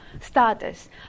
status